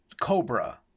Cobra